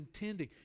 intending